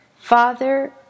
father